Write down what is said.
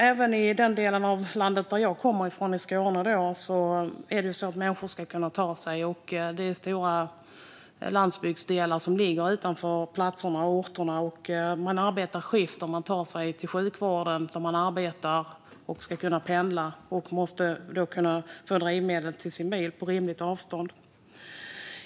Även i den del av landet jag kommer från, Skåne, ska människor kunna ta sig fram, och många platser ligger utanför tätorterna. Om man jobbar skift inom exempelvis sjukvården måste man ju kunna ta sig dit och måste då ha drivmedel till bilen på rimligt avstånd.